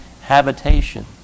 habitation